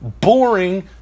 boring